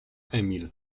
emil